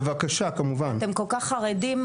אתם כל כך חרדים,